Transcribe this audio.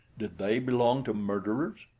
did they belong to murderers?